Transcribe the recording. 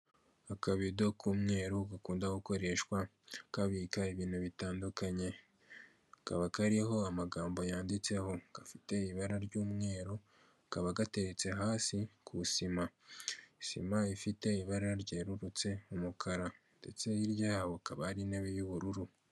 Akabido k'umweru gakunda gukoreshwa kabika ibintu bitandukanye. Kakaba kariho amagambo yanditseho. Gafite ibara ry'umweru, kaba gateretse hasi ku sima. Sima ifite ibara ryerurutse, umukara. Ndetse hirya yaho hakaba hari intebe y'ubururu.